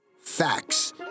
Facts